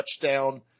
touchdown